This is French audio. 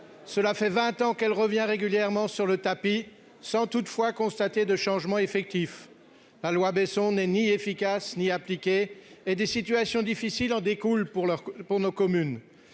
cela fait 20 ans qu'elle revient régulièrement sur le tapis, sans toutefois constaté de changement effectif la loi Besson n'est ni efficace ni et des situations difficiles en découle pour leur pour nos communes,